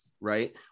Right